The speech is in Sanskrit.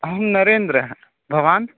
अहं नरेन्द्रः भवान्